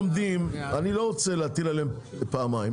אני לא רוצה להטיל עליהם פעמיים.